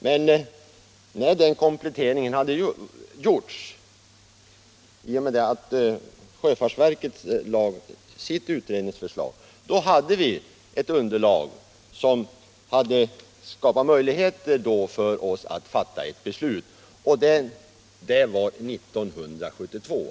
Men när den kompletteringen hade gjorts och sjöfartsverket hade lagt fram sitt utredningsförslag hade vi ett underlag som gjorde det möjligt för oss att fatta ett beslut. Det var 1972.